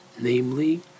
Namely